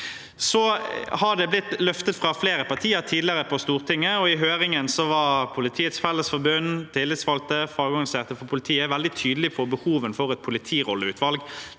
Det har blitt løftet fram av flere partier på Stortinget tidligere, og i høringen var Politiets Fellesforbund, tillitsvalgte og fagorganiserte fra politiet veldig tydelige på behovet for et politirolleutvalg.